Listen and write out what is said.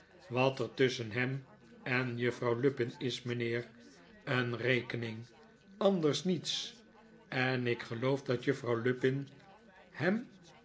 wat er tusschen hem en juffrouw lupin is mijnheer een rekening anders niets en ik geloof dat juffrouw lupin hem